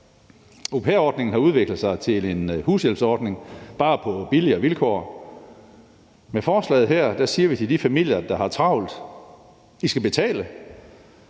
Au pair-ordningen har udviklet sig til en hushjælpsordning, bare på billigere vilkår. Med forslaget her siger vi til de familier, der har travlt: I skal betale.